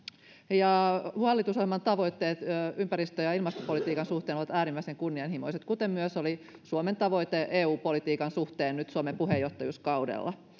ja hallitusohjelman tavoitteet ympäristö ja ilmastopolitiikan suhteen ovat äärimmäisen kunnianhimoiset kuten oli myös suomen tavoite eu politiikan suhteen nyt suomen puheenjohtajuuskaudella